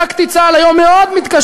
ובעוד דקה הוא רוצה לרצוח,